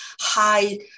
high